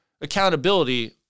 accountability